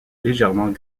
légèrement